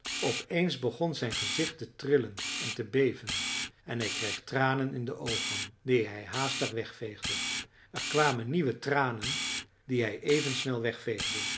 op eens begon zijn gezicht te trillen en te beven en hij kreeg tranen in de oogen die hij haastig wegveegde er kwamen nieuwe tranen die hij even snel wegveegde